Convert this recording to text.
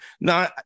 Now